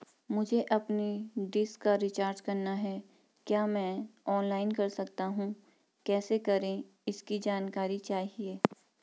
मुझे अपनी डिश का रिचार्ज करना है क्या मैं ऑनलाइन कर सकता हूँ कैसे करें इसकी जानकारी चाहिए?